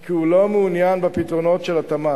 כי הוא לא מעוניין בפתרונות של התמ"ת.